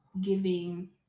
giving